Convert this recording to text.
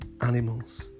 animals